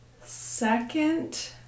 second